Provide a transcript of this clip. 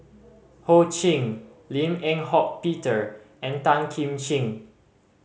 Ho Ching Lim Eng Hock Peter and Tan Kim Ching